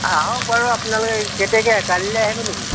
আহঁক বাৰু আপোনালোকে কেতিয়াকৈ কাইলৈ আহিব নেকি